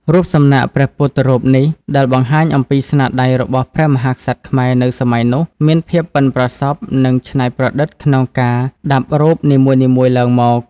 រូបសំណាក់ព្រះពុទ្ធរូបនេះដែលបង្ហាញអំពីស្នាដៃរបស់ព្រះមហាក្សត្រខ្មែរនៅសម័យនោះមានភាពបុិនប្រសប់និងច្នៃប្រឌិតក្នុងការដាប់រូបនីមួយៗឡើងមក។